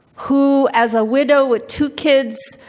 who as a widow with two kids,